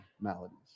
maladies